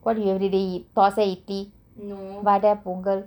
what do you everyday eat thosa ity vada ponkal